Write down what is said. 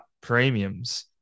premiums